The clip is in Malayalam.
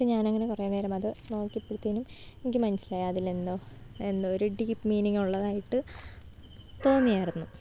പക്ഷെ ഞാനങ്ങനെ കുറേ നേരമത് നോക്കിയപ്പോഴത്തേനും എനിക്ക് മനസ്സിലായി അതിലെന്തോ എന്തോ ഒരു ഡീപ്പ് മീനിങ്ങുള്ളതായിട്ട് തോന്നിയായിരുന്നു